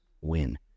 win